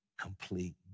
complete